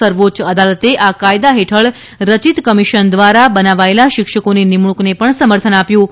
સર્વોચ્ય અદાલતે આ કાયદા હેઠળ રચિત કમિશન દ્વારા બનાવાયેલા શિક્ષકોની નિમણૂંકને પણ સમર્થન આપ્યું છે